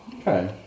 Okay